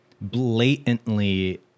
blatantly